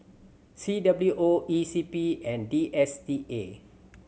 C W O E C P and D S T A